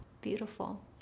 Beautiful